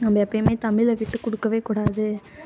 நம்ம எப்போமே தமிழை விட்டுக்கொடுக்கவே கூடாது